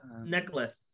Necklace